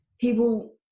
people